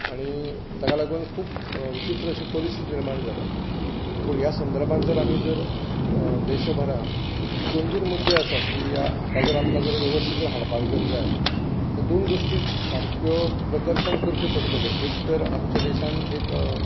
आनी ताका लागून खूब विचीत्र अशी परिस्थिती निर्माण जाल्या पूण ह्या संदर्भात जर आमी जर देशभरांत एक दोन तीन मुद्दे आसात की हाका जर आमकां जर वेवस्थींत हाडपाक जर जाय तर दोन गोष्टी सामक्यो प्रकर्शान करच्यो पडटल्यो एक तर आमच्या देशांत एक